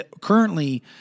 currently